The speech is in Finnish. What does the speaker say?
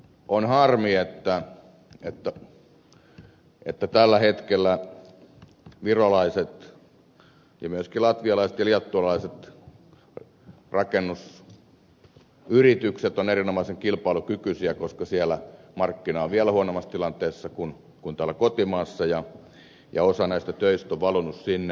on harmi että tällä hetkellä virolaiset ja myöskin latvialaiset ja liettualaiset rakennusyritykset ovat erinomaisen kilpailukykyisiä koska siellä markkinat ovat vielä huonommassa tilanteessa kuin täällä kotimaassa ja osa näistä töistä on valunut sinne